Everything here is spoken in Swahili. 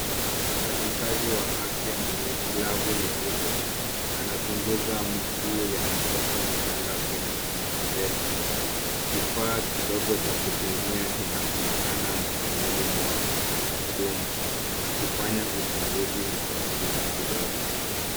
Mfanyakazi wa afya mwenye glavu nyeupe, anachunguza miguu ya mtoto mchanga kwenye incubator . Kifaa kidogo cha kupimia kinaonekana mkononi mwa mhudumu akifanya uchunguzi wa kimatibabu.